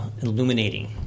illuminating